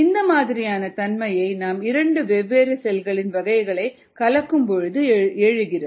இந்த மாதிரியான தன்மையை நாம் 2 வெவ்வேறு செல்களின் வகைகளை கலக்கும் பொழுது எழுகிறது